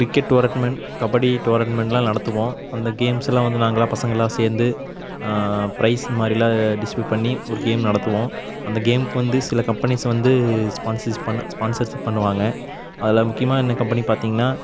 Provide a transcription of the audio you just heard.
cricket tournament kabaddi டோர்ணமென்ட்லாம் நடத்துவோம் அந்த கேம்ஸ்லாம் வந்து நாங்களாம் பசங்களாம் சேர்ந்து ப்ரைஸ் மாதிரிலாம் டிஸ்ட்ரிபூட் பண்ணி ஒரு கேம் நடத்துவோம் அந்த கேமுக்கு வந்து சில கம்பெனிஸ் வந்து ஸ்பான்சிஸ் ஸ்பான்சர்ஷிப் பண்ணுவாங்க அதில் முக்கியமாக என்ன கம்பெனி பார்த்திங்கனா